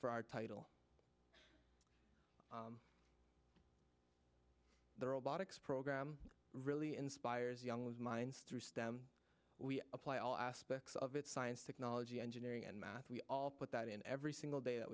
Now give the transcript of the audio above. for our title the robotics program really inspires young was minds through we apply all aspects of it science technology engineering and math we all put that in every single day that